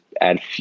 add